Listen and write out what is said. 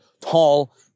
tall